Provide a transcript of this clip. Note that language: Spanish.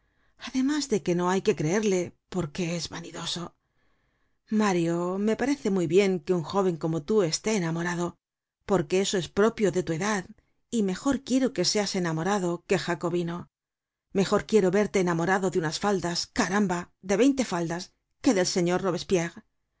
además de que no hay que creerle porque es vanidoso mario me parece muy bien que un jóven como tú esté enamorado porque eso es propio de tu edad y mejor quiero que seas enamorado que jacobino mejor quiero verte enamorado de unas faldas caramba de veinte faldas que del señor